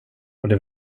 det